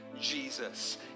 Jesus